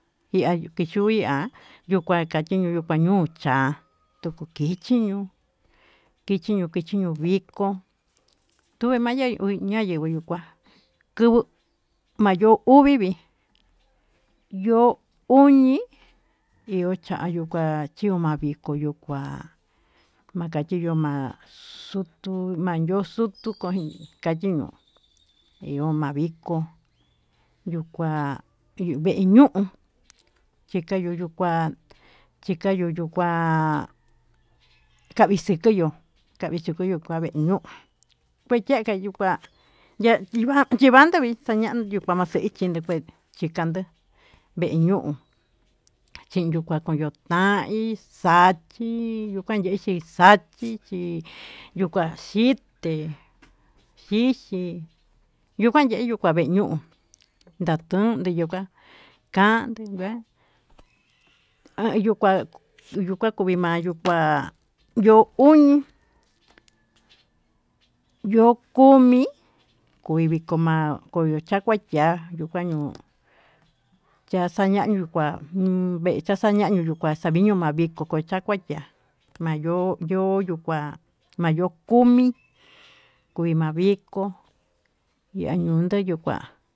Kia yuu kichu ya'á, yuu kua kachiño yukaño yukañuchá yuku kichí ñuu kichiño chikiño vikó tuve maña'a maña ñuu ñaviko yuu kuá tuvo mayuu uvi vii, yo'ó uñi yuu kayió kuá achio maviko yuu kuá makachiyo ma'a xutu mayoxutu mai kayino, iho ma'a viko yuu kuá hi vee ñuu chikayu yuu kuá chikayu yuu kuá kavixike yo'ó, akvexhika yuu kave'e ñuu kue cheka yuu kuá ya'a chinvandó vee vixa'a yanduu kua maxhete nikueye, chikanduu vee ñuu chiyota koyon taí xachí yuu kuan ndechí xachí chí yuu kua xhité, yixhi yu uan veyu kua veñii ñuu ndatundu kua ñuka'á kande ngue ayuu kua, yuyu kua kuu yii mayuu kuá yo'ó uñi yo'ó komi uhi viko ma'a yui kacha chá yuu kua ño'o ya'a xa'a añee yuu kuá ñuu kua xañachi yuu kua xa'a, viño ma'a viko ko xacha xa'a mayo'o yo'o yuu kuá ma yo'o komi kui ma'a viko kuina viko ñayundu yuu kuá.